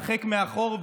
הרחק מאחור,